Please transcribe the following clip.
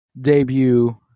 debut